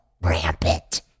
rampant